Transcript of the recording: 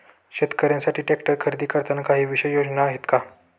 शेतकऱ्यांसाठी ट्रॅक्टर खरेदी करताना काही विशेष योजना आहेत का?